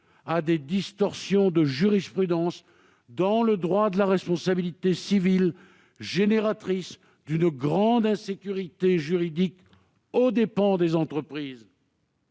à des distorsions de jurisprudence en matière de droit de la responsabilité civile, génératrices d'une grande insécurité juridique aux dépens des entreprises.